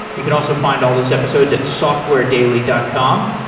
you can also find all these episodes at softwaredaily dot com.